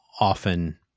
often